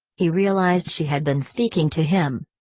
he realized she had been speaking to him.